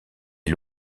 les